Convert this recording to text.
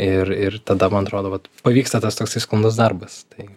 ir ir tada man atrodo vat pavyksta tas toksai sklandus darbas tai